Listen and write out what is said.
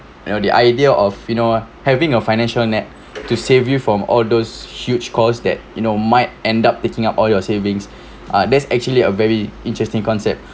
you know the idea of you know having a financial net to save you from all those huge cost that you know might end up taking up all your savings ah there's actually a very interesting concept